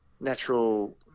natural